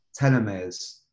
telomeres